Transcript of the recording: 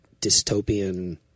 dystopian